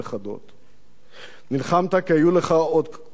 נלחמת כי היו לך עוד כל כך הרבה משימות